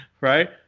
Right